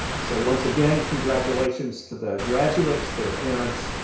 so, once again, congratulations to the graduates, their parents,